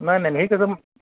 नाही नाही ना हे कसं